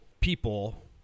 people